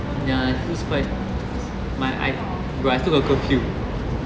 ya it feels quite but I but I still got curfew